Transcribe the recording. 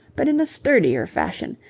but in a sturdier fashion,